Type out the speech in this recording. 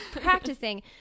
practicing